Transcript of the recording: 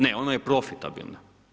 Ne, ona je profitabilna.